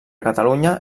catalunya